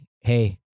hey